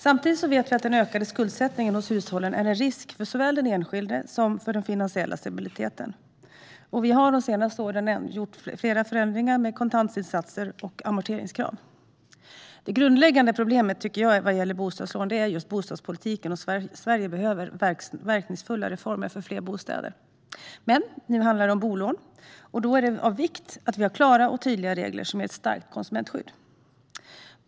Samtidigt vet vi att hushållens ökade skuldsättning innebär en risk för såväl den enskilde som för den finansiella stabiliteten. Vi har de senaste åren genomdrivit flera förändringar beträffande kontantinsatser och amorteringskrav. Jag tycker att bostadspolitiken är det grundläggande problemet vad gäller bostadslån. Sverige behöver verkningsfulla reformer för fler bostäder. Men nu handlar det om bolån, och då är det viktigt att vi har klara och tydliga regler som ger ett starkt konsumentskydd.